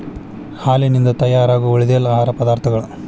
ಹಾಲಿನಿಂದ ತಯಾರಾಗು ಉಳಿದೆಲ್ಲಾ ಆಹಾರ ಪದಾರ್ಥಗಳ